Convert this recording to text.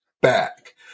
back